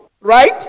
Right